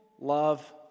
love